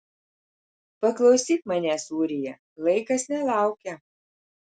paklausyk manęs ūrija laikas nelaukia